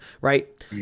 Right